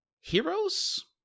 heroes